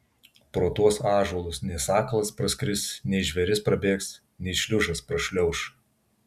pro tuos ąžuolus nei sakalas praskris nei žvėris prabėgs nei šliužas prašliauš